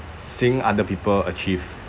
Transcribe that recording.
seeing other people achieve